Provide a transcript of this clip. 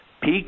Peak